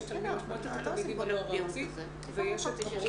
יש תלמיד ממועצת התלמידים והנוער הארצית ויש את המורים.